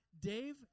Dave